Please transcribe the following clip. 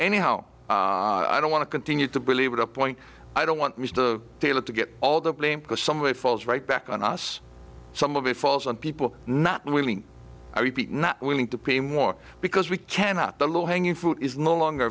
anyhow i don't want to continue to believe it a point i don't want mr taylor to get all the blame because somebody falls right back on us some of it falls on people not willing i repeat not willing to pay more because we cannot the low hanging fruit is no longer